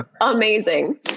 amazing